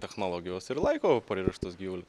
technologijos ir laiko pririštus gyvulius